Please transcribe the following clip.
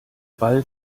ball